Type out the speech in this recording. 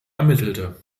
ermittelte